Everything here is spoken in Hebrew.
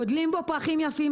גדלים בו פרחים יפים,